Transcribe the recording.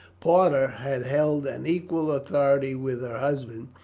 parta had held an equal authority with her husband,